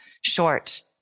short